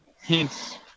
hints